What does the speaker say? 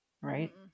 right